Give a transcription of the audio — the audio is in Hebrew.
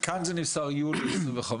כאן נמסר יולי 2025,